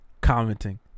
commenting